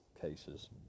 cases